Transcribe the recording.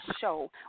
show